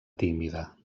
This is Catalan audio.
tímida